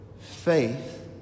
Faith